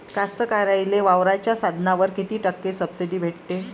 कास्तकाराइले वावराच्या साधनावर कीती टक्के सब्सिडी भेटते?